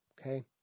Okay